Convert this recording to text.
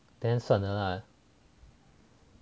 then 算了 lah